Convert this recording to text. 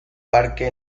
parque